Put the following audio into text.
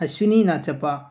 Ashwini Nachappa